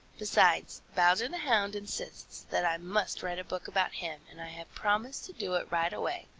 besides, bowser the hound insists that i must write a book about him, and i have promised to do it right away.